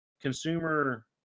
consumer